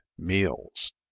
Meals